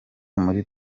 muri